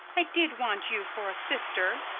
i did want you for a sister.